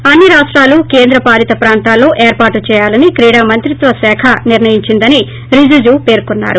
ఈని అన్ని రాష్టాలు కేంద్రపాలిత ప్రాంతాలలో ఏర్పాటు చేయాలని క్రీడా మంత్రిత్వ శాఖ నిర్ణయించిందని రిజిజు పేర్కొన్నారు